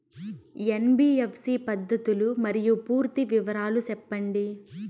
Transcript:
NBFC పద్ధతులు మరియు పూర్తి వివరాలు సెప్పండి?